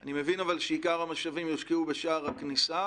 אני מבין שעיקר המשאבים יושקעו בשער הכניסה,